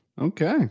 Okay